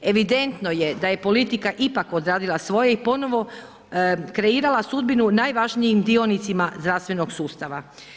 Evidentno je da je politika ipak odradila svoje i ponovo kreirala sudbinu najvažnijim dionicima zdravstvenog sustava.